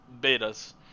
betas